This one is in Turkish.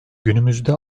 günümüzde